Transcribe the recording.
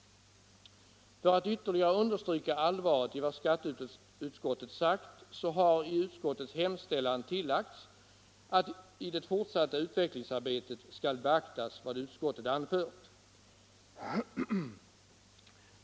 För att ytterligare understryka allvaret i vad skatteutskottet sagt har i utskottets hemställan tillagts att i det fortsatta utvecklingsarbetet skall beaktas vad utskottet anfört.